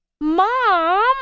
Mom